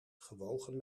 gewogen